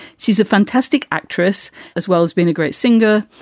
she's a fantastic actress as well as been a great singer.